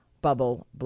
bubble